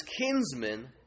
kinsmen